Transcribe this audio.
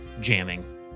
jamming